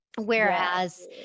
Whereas